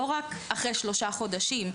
לא רק אחרי שלושה חודשים.